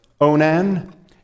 Onan